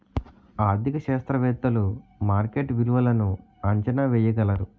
ఆర్థిక శాస్త్రవేత్తలు మార్కెట్ విలువలను అంచనా వేయగలరు